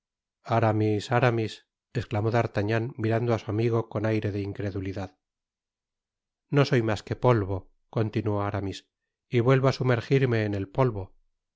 aramis aramis esclamó d'artagnan mirando á su amigo con aire de incredulidad no soy mas que polvo continuó aramis y vuelvo á sumergirme en el polvo